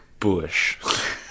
bush